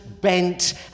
bent